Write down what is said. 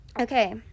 okay